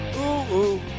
Ooh-ooh